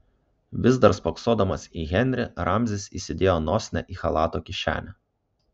vis dar spoksodamas į henrį ramzis įsidėjo nosinę į chalato kišenę